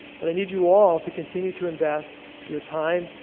but i need you all to continue to invest your time,